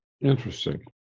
interesting